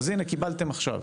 אז הנה, קיבלתם עכשיו.